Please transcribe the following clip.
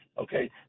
Okay